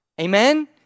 Amen